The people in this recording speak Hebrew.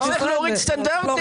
לא צריך להוריד סטנדרטים,